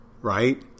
right